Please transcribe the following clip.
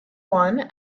one